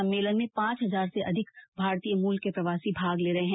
सम्मेलन में पांच हजार से अधिक भारतीय मूल के प्रवासी भाग ले रहे हैं